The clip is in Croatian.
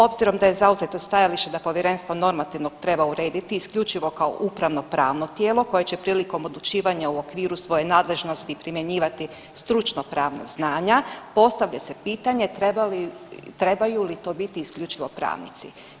Obzirom da je zauzeto stajalište da povjerenstvo normativno treba urediti isključivo kao upravno-pravno tijelo koje će prilikom odlučivanja u okviru svoje nadležnosti primjenjivati stručno pravna znanja, postavlja se pitanje trebaju li to biti isključivo pravnici?